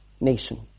nation